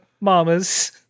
mamas